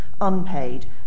unpaid